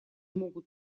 могут